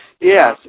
Yes